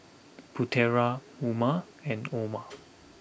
Putera Umar and Omar